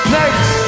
next